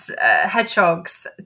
hedgehogs